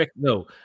No